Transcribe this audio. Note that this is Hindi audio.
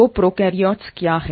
तो प्रोकैरियोट्स क्या हैं